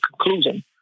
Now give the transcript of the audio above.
conclusion